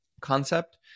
concept